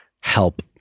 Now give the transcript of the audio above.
help